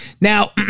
Now